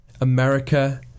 America